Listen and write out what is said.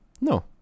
No